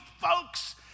folks